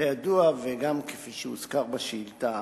ראשית, כידוע, וגם כפי שהוזכר בשאילתא,